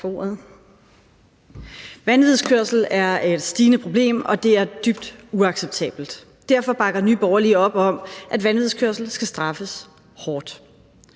Vanvidskørsel er et stigende problem, og det er dybt uacceptabelt, og derfor bakker Nye Borgerlige op om, at vanvidskørsel skal straffes hårdt.